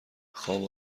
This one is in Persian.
خواب